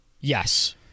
Yes